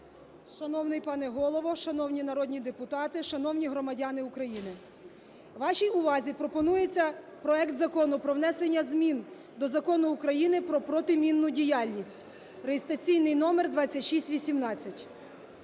Шановний пане Голово, шановні народні депутати, шановні громадяни України! Вашій увазі пропонується проект Закону про внесення змін до Закону України про протимінну діяльність (реєстраційний номер 2618).